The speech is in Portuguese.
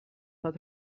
para